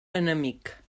enemic